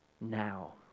now